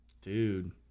Dude